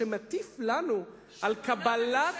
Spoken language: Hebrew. שמטיף לנו על קבלת,